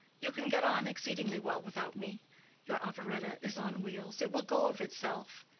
you can get on exceedingly well without me your operetta is on wheels it will go of itself.